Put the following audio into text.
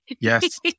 Yes